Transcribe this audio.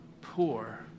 poor